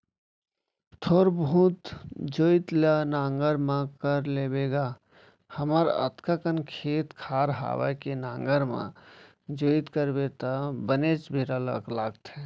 थोर बहुत जोइत ल नांगर म कर लेबो गा हमर अतका कन खेत खार हवय के नांगर म जोइत करबे त बनेच बेरा लागथे